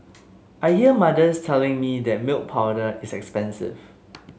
I hear mothers telling me that milk powder is expensive